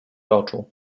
oczu